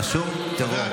רשום "טרור".